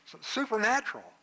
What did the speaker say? Supernatural